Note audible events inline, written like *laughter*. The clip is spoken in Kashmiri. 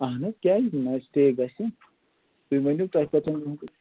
اَہَن حظ کیٛازِ نہٕ سِٹے گژھِ تُہۍ ؤنِو تۄہہِ کٔژَن *unintelligible*